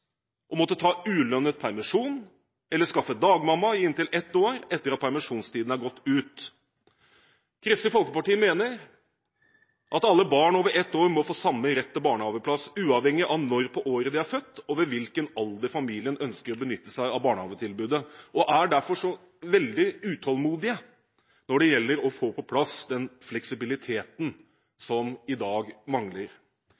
å måtte ta ulønnet permisjon eller skaffe dagmamma i inntil ett år etter at permisjonstiden er gått ut. Kristelig Folkeparti mener at alle barn over ett år må få samme rett til barnehageplass, uavhengig av når på året de er født og ved hvilken alder familien ønsker å benytte seg av barnehagetilbudet, og er derfor veldig utålmodig når det gjelder å få på plass den fleksibiliteten